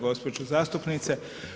gđo. zastupnice.